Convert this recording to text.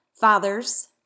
fathers